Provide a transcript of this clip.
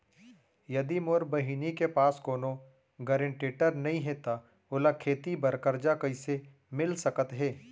यदि मोर बहिनी के पास कोनो गरेंटेटर नई हे त ओला खेती बर कर्जा कईसे मिल सकत हे?